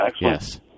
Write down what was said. Yes